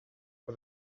for